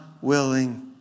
willing